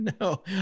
No